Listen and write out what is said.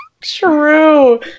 true